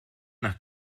nach